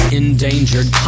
endangered